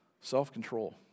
Self-control